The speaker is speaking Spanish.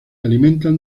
alimentan